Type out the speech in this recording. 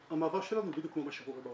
המעבר שלנו הוא בדיוק כמו מה שקורה בעולם,